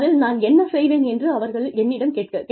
அதில் நான் என்ன செய்தேன் என்று அவர்கள் என்னிடம் கேட்டார்கள்